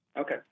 Okay